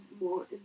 more